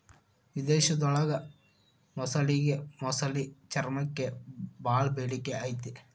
ವಿಧೇಶದೊಳಗ ಮೊಸಳಿಗೆ ಮೊಸಳಿ ಚರ್ಮಕ್ಕ ಬಾಳ ಬೇಡಿಕೆ ಐತಿ